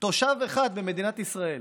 תושב אחד ממדינת ישראל